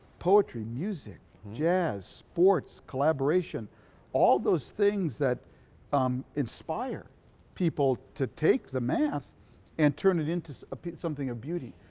poetry, music, jazz, sports, collaboration all those things that um inspire people to take the math and turn it into something of beauty,